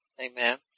Amen